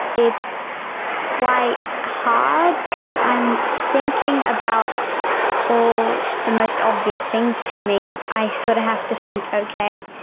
it's quite hard cause i'm thinking about all the most obvious things to me. i sort of have to think, okay,